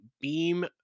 Beam